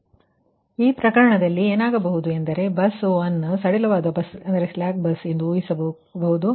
ಆದ್ದರಿಂದ ಈ ಸಂದರ್ಭದಲ್ಲಿ ಈ ಪ್ರಕರಣಕ್ಕೆ ಏನಾಗಬಹುದು ಎಂದರೆ ಬಸ್ 1 ನಿಧಾನಗತಿಯ ಬಸ್ ಎಂದು ಊಹಿಸಬಹುದು